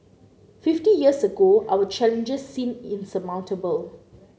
fifty years ago our challenges seemed insurmountable